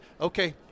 okay